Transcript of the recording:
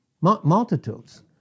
Multitudes